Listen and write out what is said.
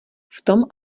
vtom